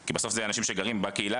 כי בסוף אלה אנשים שגרים בקהילה,